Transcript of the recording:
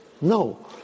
No